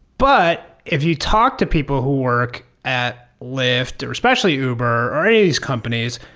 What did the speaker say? but if you talk to people who work at lyft, or especially uber, or any of these companies,